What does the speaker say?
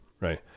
right